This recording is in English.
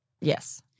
Yes